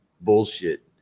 bullshit